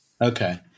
Okay